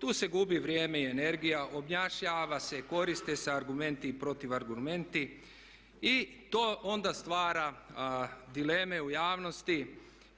Tu se gubi vrijeme i energija, objašnjava se, koriste se argumenti i protuargumenti i to onda stvara dileme u javnosti